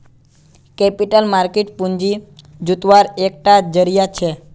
capital market पूँजी जुत्वार एक टा ज़रिया छे